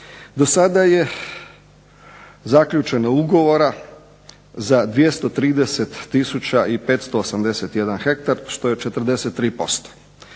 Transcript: dosada je zaključeno ugovora za 230 tisuća i 581 hektar, što je 43%.